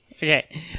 Okay